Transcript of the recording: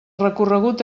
recorregut